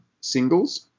singles